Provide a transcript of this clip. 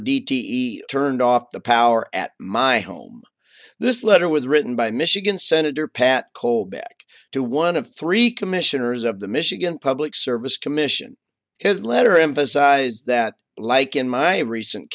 d t e turned off the power at my home this letter was written by michigan senator pat kohl back to one of three commissioners of the michigan public service commission his letter emphasize that like in my recent